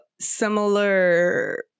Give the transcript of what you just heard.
similar